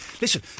listen